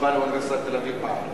שבא לאוניברסיטת תל-אביב פעם.